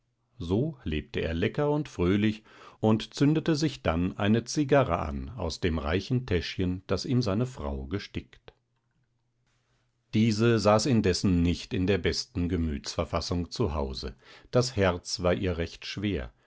so lebte er lecker und fröhlich und zündete sich dann eine zigarre an aus dem reichen täschchen das ihm seine frau gestickt diese saß indessen nicht in der besten gemütsverfassung zu hause das herz war ihr recht schwer